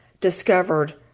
discovered